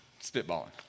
spitballing